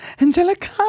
Angelica